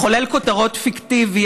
מחולל כותרות פיקטיבי,